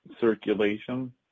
circulation